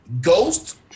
Ghost